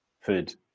food